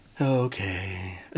Okay